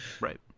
Right